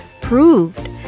proved